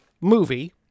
movie